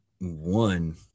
one